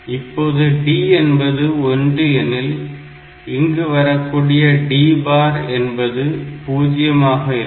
இப்போது D என்பது 1 எனில் இங்கு வரக்கூடிய D பார் என்பது 0 ஆக இருக்கும்